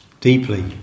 deeply